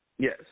Yes